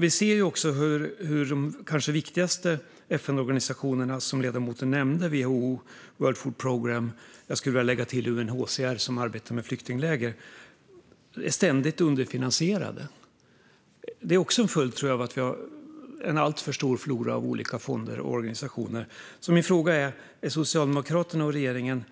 Vi ser också hur de kanske viktigaste FN-organisationerna - ledamoten nämnde WHO och World Food Programme, och jag skulle vilja lägga till UNHCR, som arbetar med flyktingläger - ständigt är underfinansierade. Jag tror att det är en följd av en alltför stor flora av olika fonder och organisationer. Min fråga är: Är Socialdemokraterna och regeringen